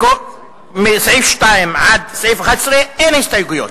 מסעיף 2 עד סעיף 11 אין הסתייגויות,